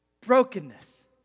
brokenness